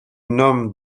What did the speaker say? nome